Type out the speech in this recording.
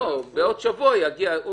בעוד שבוע זה יגיע.